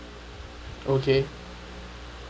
okay